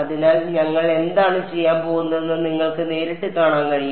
അതിനാൽ ഞങ്ങൾ എന്താണ് ചെയ്യാൻ പോകുന്നതെന്ന് നിങ്ങൾക്ക് നേരിട്ട് കാണാൻ കഴിയും